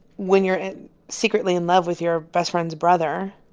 when you're secretly in love with your best friend's brother.